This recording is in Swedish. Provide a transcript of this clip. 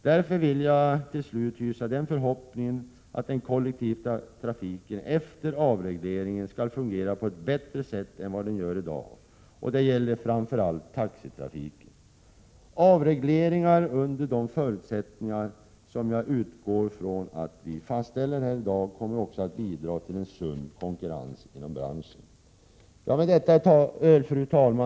Därför hyser jag den förhoppningen att den kollektiva trafiken efter avregleringen skall fungera på ett bättre sätt än vad den gör i dag. Det gäller framför allt taxitrafiken. Avregleringar under de förutsättningar som jag utgår från att vi fastställer här i dag kommer också att bidra till en sund konkurrens inom branschen. Fru talman!